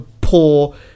poor